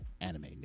anime